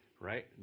right